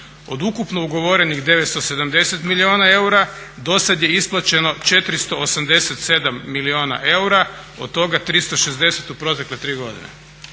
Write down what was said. Od ukupno ugovorenih 970 milijuna eura dosad je isplaćeno 487 milijuna eura, od toga 360 u protekle tri godine.